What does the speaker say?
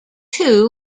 two